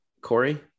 Corey